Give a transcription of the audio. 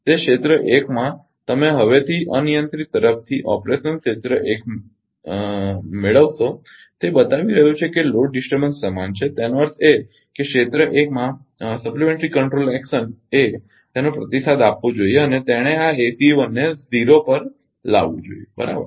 તે ક્ષેત્ર 1 માં કે તમે હવેથી અનિયંત્રિત તરફથી ઓપરેશન ક્ષેત્ર 1 મેળવશો તે બતાવી રહ્યું છે કે તે લોડ ડિસ્ટર્બન્સ સમાન છે તેનો અર્થ એ કે ક્ષેત્ર1 માં પૂરક નિયંત્રણ ક્રિયાએ તેનો પ્રતિસાદ આપવો જોઈએ અને તેણે આ ACE 1 ને શૂન્ય પર લાવવું જોઈએ બરાબર